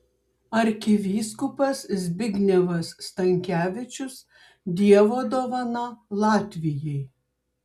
arkivyskupas zbignevas stankevičius dievo dovana latvijai